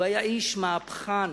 הוא היה איש מהפכן,